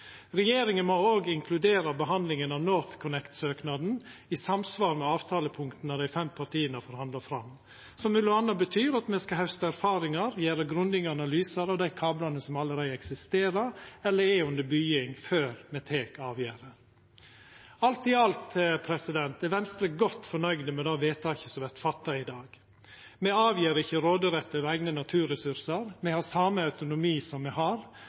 Regjeringa må òg inkludera behandlinga av NorthConnect-søknaden i samsvar med avtalepunkta dei fem partia forhandla fram, som m.a. betyr at me skal hausta erfaringar og gjera grundige analyser av dei kablane som allereie eksisterer, eller er under bygging, før me tek avgjerda. Alt i alt er Venstre godt fornøgd med det vedtaket som vert fatta i dag. Me gjer ikkje frå oss råderetten over eigne naturressursar, me har same autonomi som me har